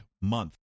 month